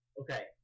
Okay